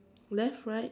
left right